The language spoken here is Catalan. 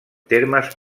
termes